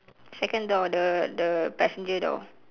second door the the passenger door